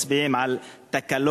מצביעים על תקלות,